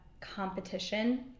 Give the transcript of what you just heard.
competition